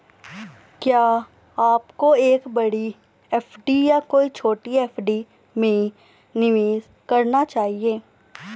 क्या आपको एक बड़ी एफ.डी या कई छोटी एफ.डी में निवेश करना चाहिए?